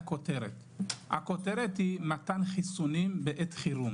הכותרת היא מתן חיסונים בעת חירום